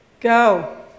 Go